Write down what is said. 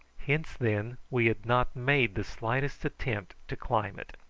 hence, then, we had not made the slightest attempt to climb it.